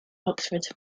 oxford